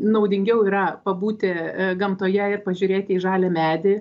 naudingiau yra pabūti gamtoje ir pažiūrėti į žalią medį